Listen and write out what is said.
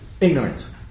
Ignorance